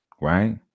right